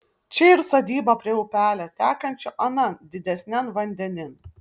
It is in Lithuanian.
čia ir sodyba prie upelio tekančio anan didesnian vandenin